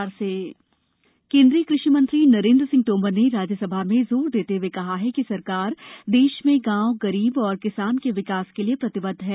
सरकार क़षि कानून केंद्रीय कृषि मंत्री नरेंद्र सिंह तोमर ने राज्यसभा में जोर देते हुए कहा है कि सरकार देश में गांव गरीब और किसान के विकास के लिए प्रतिबद्ध है